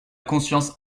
conscience